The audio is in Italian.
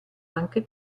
anche